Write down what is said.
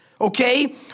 okay